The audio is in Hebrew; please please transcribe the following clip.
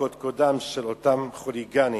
בקודקודם של אותם חוליגנים,